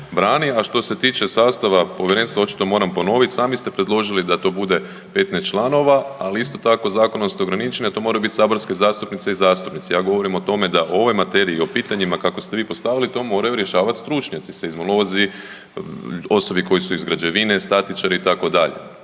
A što se tiče sastava povjerenstva očito moram ponoviti. Sami ste predložili da to bude 15 članova, ali isto tako zakonom ste ograničeni da to moraju biti saborske zastupnice i zastupnici. Ja govorim o tome da o ovoj materiji o pitanjima kako ste vi postavili to moraju rješavati stručnjaci seizmolozi, osobe koje su iz građevine, statičari itd.